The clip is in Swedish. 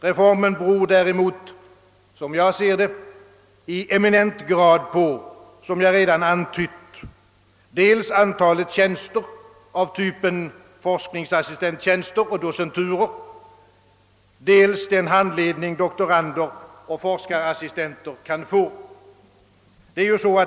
Reformen beror däremot enligt mitt sätt att se i eminent grad, såsom jag redan antytt, dels på antalet tjänster av typen forskarassistenttjänster och docenturer, dels på den handledning doktorander och forskarassistenter kan få.